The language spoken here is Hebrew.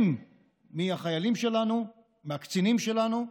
מהחיילים שלנו, מהקצינים שלנו,